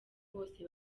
bose